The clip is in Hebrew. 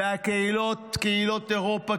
וקהילות אירופה,